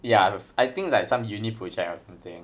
ya I think it's like some uni project or something